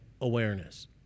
awareness